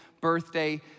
birthday